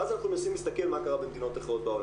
ואז אנחנו מנסים להסתכל מה קרה במדינות אחרות בעולם,